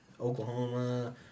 Oklahoma